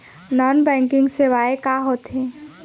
Non banking सेवाएं का होथे?